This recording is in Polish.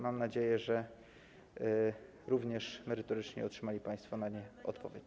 Mam nadzieję, że również merytoryczną otrzymali państwo na nie odpowiedź.